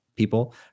people